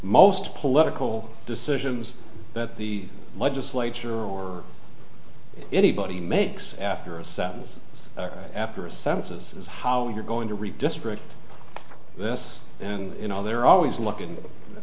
most political decisions that the legislature or anybody makes after a sentence after a census is how you're going to redistrict this and you know they're always looking